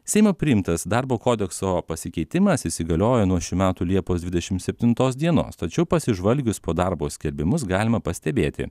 seimo priimtas darbo kodekso pasikeitimas įsigaliojo nuo šių metų liepos dvidešim septintos dienos tačiau pasižvalgius po darbo skelbimus galima pastebėti